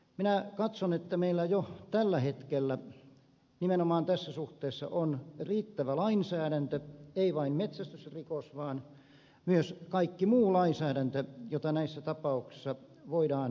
minä katson että meillä jo tällä hetkellä nimenomaan tässä suhteessa on riittävä lainsäädäntö ei vaan metsästysrikoksia koskeva vaan myös kaikki muu lainsäädäntö jota näissä tapauksissa voidaan soveltaa